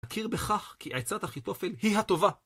הכיר בכך כי עצת אחיטופל היא הטובה.